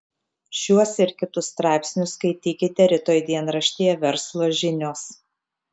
šiuos ir kitus straipsnius skaitykite rytoj dienraštyje verslo žinios